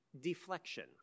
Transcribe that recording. deflection